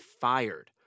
fired